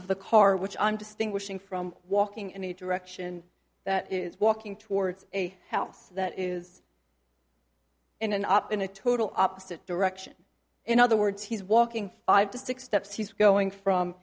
of the car which i'm distinguishing from walking in a direction that is walking towards a house that is in an up in a total opposite direction in other words he's walking five to six stops he's going from